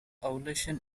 ovulation